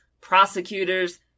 prosecutors